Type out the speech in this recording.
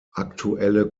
aktuelle